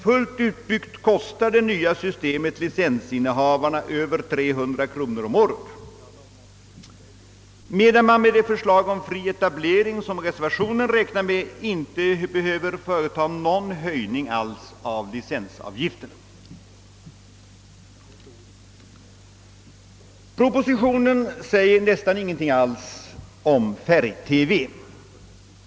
Fullt utbyggt kostar det nya systemet licensinnehavarna över 300 kronor om året, medan man med de förslag om fri etablering som reservationen räknar med inte behöver företa någon höjning alls av licensavgifterna. I propositionen står nästan ingenting alls om färg-TV.